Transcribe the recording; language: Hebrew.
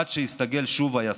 עד שהסתגל, שוב היה סגר.